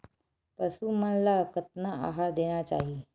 पशु मन ला कतना आहार देना चाही?